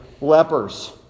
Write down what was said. lepers